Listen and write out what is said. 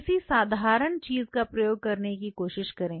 किसी साधारण चीज का प्रयोग करने की कोशिश करें